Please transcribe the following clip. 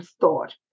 thought